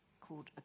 called